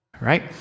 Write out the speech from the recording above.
right